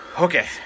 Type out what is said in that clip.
Okay